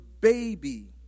baby